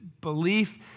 belief